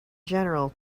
general